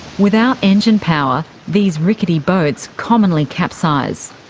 without engine power, these rickety boats commonly capsize.